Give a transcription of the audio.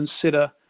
consider